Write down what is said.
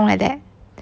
like that